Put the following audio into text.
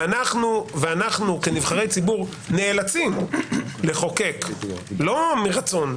ואנחנו, כנבחרי ציבור, נאלצים לחוקק לא מרצון.